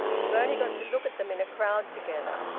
you've only got to look at them in a crowd together.